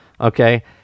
Okay